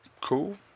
Cool